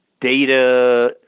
data